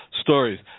stories